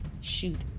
shoot